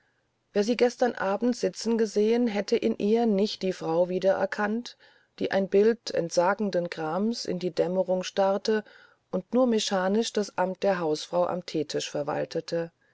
wer sie gestern abend sitzen gesehen hätte in ihr nicht die frau wieder erkannt die ein bild entsagenden grames in die dämmerung starrte und nur mechanisch das amt der hausfrau am theetisch verwaltete